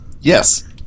yes